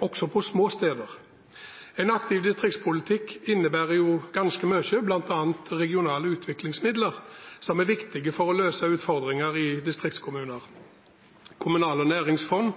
også på små steder. En aktiv distriktspolitikk innebærer jo ganske mye, bl.a. regionale utviklingsmidler, som er viktige for å løse utfordringer i distriktskommuner. Kommunale næringsfond